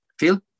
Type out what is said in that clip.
Phil